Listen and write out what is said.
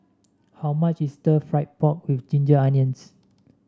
how much is Stir Fried Pork with Ginger Onions